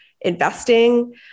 investing